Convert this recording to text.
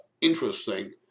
interesting